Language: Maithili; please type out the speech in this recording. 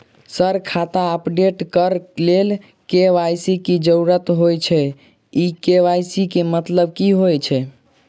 सर खाता अपडेट करऽ लेल के.वाई.सी की जरुरत होइ छैय इ के.वाई.सी केँ मतलब की होइ छैय?